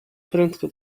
prędko